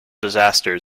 disaster